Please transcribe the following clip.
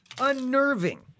unnerving